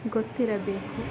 ಗೊತ್ತಿರಬೇಕು